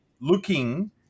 looking